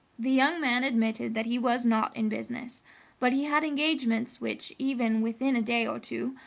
the young man admitted that he was not in business but he had engagements which, even within a day or two,